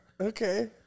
Okay